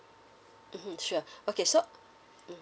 mmhmm sure okay so mm